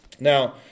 Now